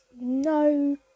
no